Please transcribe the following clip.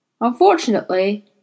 Unfortunately